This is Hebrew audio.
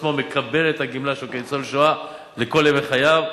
עצמו את הגמלה שלו כניצול שואה לכל ימי חייו,